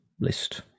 list